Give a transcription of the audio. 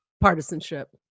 partisanship